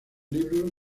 libros